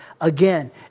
Again